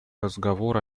разговор